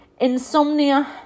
Insomnia